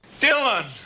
dylan